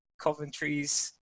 Coventry's